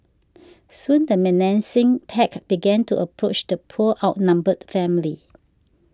soon the menacing pack began to approach the poor outnumbered family